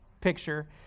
picture